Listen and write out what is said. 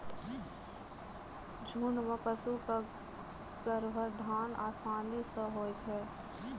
झुंड म पशु क गर्भाधान आसानी सें होय छै